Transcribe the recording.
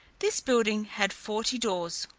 this building had forty doors,